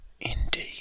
Indeed